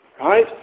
right